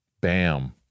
bam